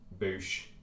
boosh